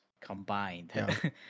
combined